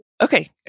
Okay